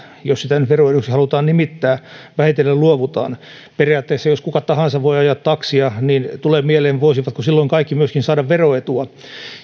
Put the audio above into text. jos sitä nyt veroeduksi halutaan nimittää vähitellen luovutaan periaatteessa jos kuka tahansa voi ajaa taksia niin tulee mieleen että voisivatko silloin kaikki myöskin saada veroetua